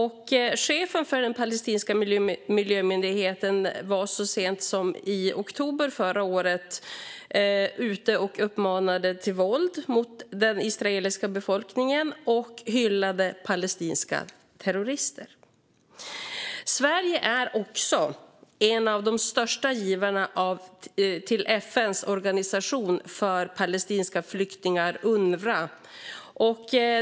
Chefen för den palestinska miljömyndigheten var så sent som i oktober förra året ute och uppmanade till våld mot den israeliska befolkningen och hyllade palestinska terrorister. Sverige är också en av de största givarna till FN:s organisation för palestinska flyktingar, UNRWA.